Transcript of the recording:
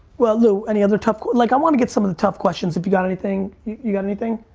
well, lou, any other tough, like i wanna get some of the tough questions if you got anything, you got anything?